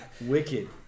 wicked